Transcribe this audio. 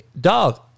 Dog